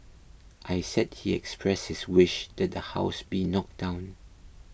I said he expressed his wish that the house be knocked down